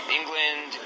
England